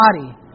body